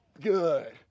Good